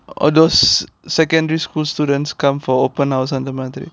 oh those secondary school students come for open house அந்த மாதிரி:antha maathiri